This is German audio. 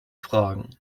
fragen